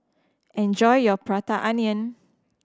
enjoy your Prata Onion